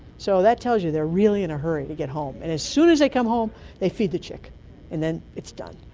so that tells you they're really in a hurry to get home, and as soon as they come home they feed the chick and then it's done.